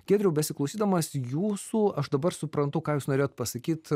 giedriau besiklausydamas jūsų aš dabar suprantu ką jūs norėjot pasakyt